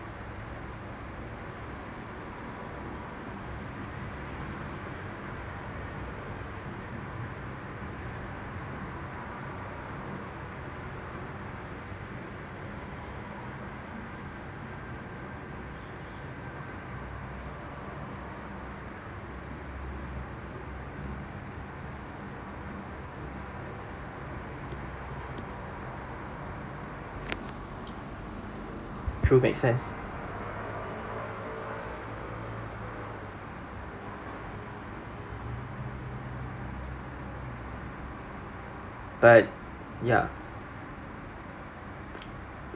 true make sense but ya